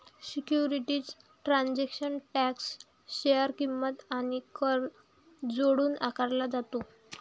securities transaction tax share किंमत आणि कर जोडून आकारला जातो